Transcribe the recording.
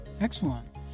Excellent